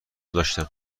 داشتم